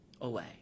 away